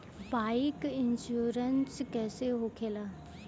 Bike insurance कैसे होखे ला?